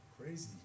crazy